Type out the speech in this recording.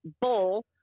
bowl